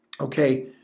Okay